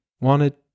wanted